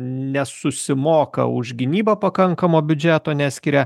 nesusimoka už gynybą pakankamo biudžeto neskiria